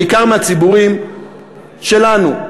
בעיקר מהציבורים שלנו,